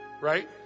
right